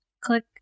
Click